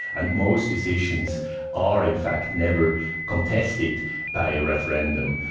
and most decisions are in fact never contested by a referendum.